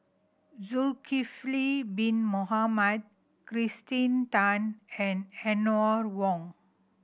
Zulkifli Bin Mohamed Kirsten Tan and Eleanor Wong